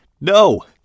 No